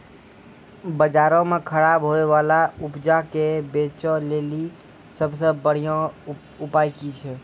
बजारो मे खराब होय बाला उपजा के बेचै लेली सभ से बढिया उपाय कि छै?